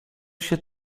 się